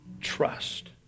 trust